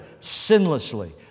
sinlessly